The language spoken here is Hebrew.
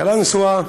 בקלנסואה